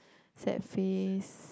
sad face